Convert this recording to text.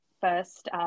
first